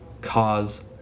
cause